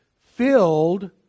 filled